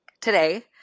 today